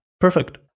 Perfect